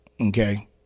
Okay